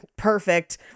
perfect